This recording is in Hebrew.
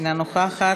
אינה נוכחת.